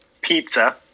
Pizza